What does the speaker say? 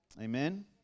Amen